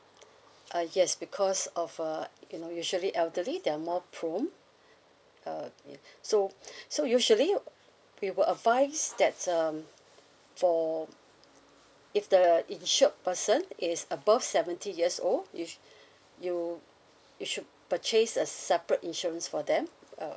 uh yes because of uh you know usually elderly they are more prone so so usually we will advise that um for if the insured person is above seventy years old if you you should purchase a separate insurance for them uh